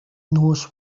knows